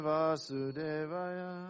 Vasudevaya